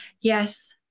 yes